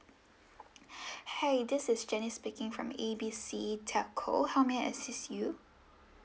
hi this is janice speaking from A B C telco how may I assist you